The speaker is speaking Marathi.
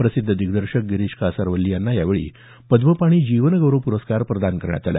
प्रसिद्ध दिग्दर्शक गिरीश कासारवल्ली यांना यावेळी पद्मपाणि जीवनगौरव प्रस्कार प्रदान करण्यात आला